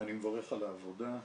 אני מברך על העבודה,